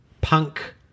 punk